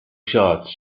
shots